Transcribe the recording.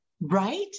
right